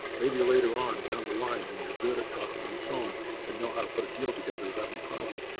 maybe later on down the line when you're good at talking on the phone and know how to put a deal together without any problem,